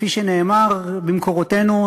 כפי שנאמר במקורותינו,